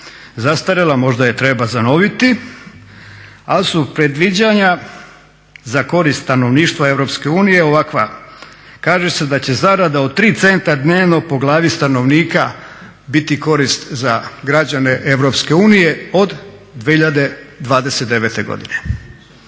zastarjela, možda je treba zanoviti, ali su predviđanja za korist stanovništva EU ovakva. Kaže se da će zarada od 3 centa dnevno po glavi stanovnika biti korist za građane EU od 2029. godine.